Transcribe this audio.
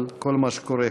דיון על כל מה שקורה.